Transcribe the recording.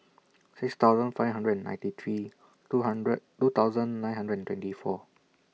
six thousand five hundred and ninety three two hundred two thousand nine hundred and twenty four